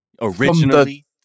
originally